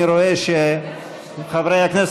אני רואה שחברי הכנסת,